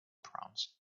proms